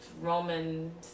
Roman